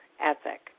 ethic